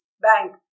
bank